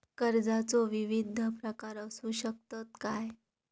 कर्जाचो विविध प्रकार असु शकतत काय?